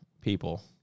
people